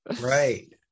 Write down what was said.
Right